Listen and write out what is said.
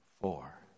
four